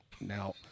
Now